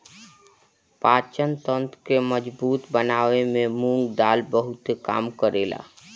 पाचन तंत्र के मजबूत बनावे में मुंग दाल बहुते काम करेला